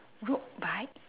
road bike